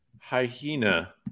hyena